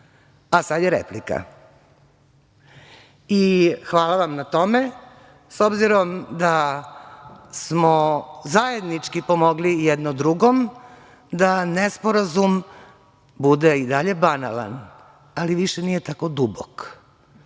A sad je replika. I hvala vam na tome, s obzirom da smo zajednički pomogli jedno drugom da nesporazum bude i dalje banalan, ali više nije tako dubok.